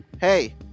Hey